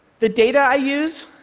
the data i use